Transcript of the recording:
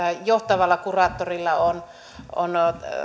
johtavalla kuraattorilla on on